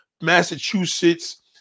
Massachusetts